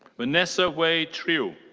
vanessa wei trieu.